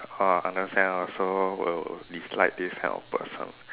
ah understand lah I also will dislike these kind of person